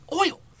Oil